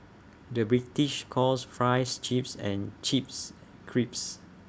the British calls Fries Chips and chips